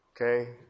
Okay